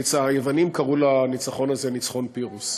אצל היוונים קראו לניצחון הזה ניצחון פירוס,